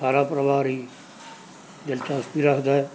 ਸਾਰਾ ਪਰਿਵਾਰ ਹੀ ਦਿਲਚਸਪੀ ਰੱਖਦਾ